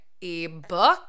ebook